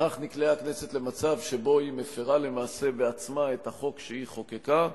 בכך נקלעה הכנסת למצב שבו היא מפירה למעשה בעצמה את החוק שהיא חוקקה,